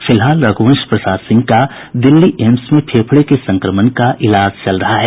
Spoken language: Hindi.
फिलहाल रघुवंश प्रसाद सिंह का दिल्ली एम्स में फेफड़े के संक्रमण का इलाज चल रहा है